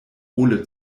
ole